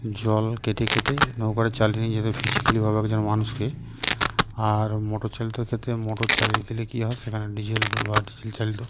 জল কেটে কেটে নৌকাটা চালিয়ে নিই যেহেতু ফিজিক্যালি ভাবে একজন মানুষকে আর মোটর চালিত ক্ষেত্রে মোটর চালিয়ে দিলে কী হয় সেখানে ডিজেল বা ডিজেল চালিত